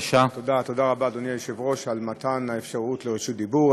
תודה רבה, אדוני היושב-ראש, על מתן רשות הדיבור.